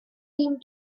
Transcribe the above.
him